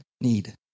need